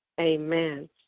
Amen